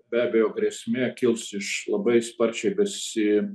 be abejo grėsmė kils iš labai sparčiai besi